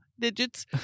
Digits